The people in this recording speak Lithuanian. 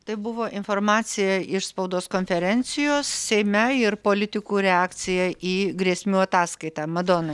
tai buvo informacija iš spaudos konferencijos seime ir politikų reakcija į grėsmių ataskaitą madona